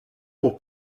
pour